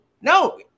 No